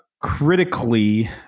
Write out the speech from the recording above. Critically